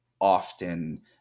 often